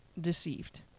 Deceived